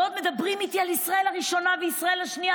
ועוד מדברים איתי על ישראל הראשונה וישראל השנייה,